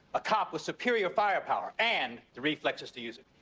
a cop with superior fire power and the reflexes to use it.